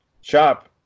shop